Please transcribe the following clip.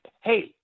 Hey